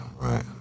right